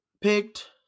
picked